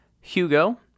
Hugo